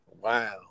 Wow